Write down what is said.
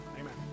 Amen